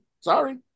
sorry